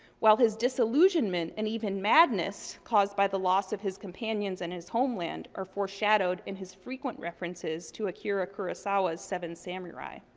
while his disillusionment and even madness caused by the loss of his companions and his homeland are foreshadowed in his frequent references to akira kurasawa's seven samurai.